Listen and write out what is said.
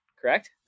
correct